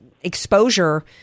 exposure